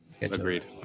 Agreed